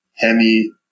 Hemi